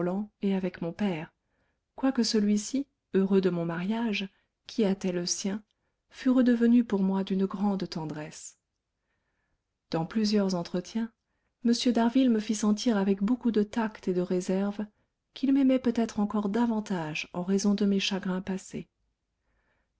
et avec mon père quoique celui-ci heureux de mon mariage qui hâtait le sien fût redevenu pour moi d'une grande tendresse dans plusieurs entretiens m d'harville me fit sentir avec beaucoup de tact et de réserve qu'il m'aimait peut-être encore davantage en raison de mes chagrins passés